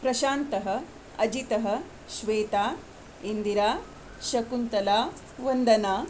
प्रशान्तः अजितः श्वेता इन्दिरा शकुन्तला वन्दना